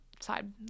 side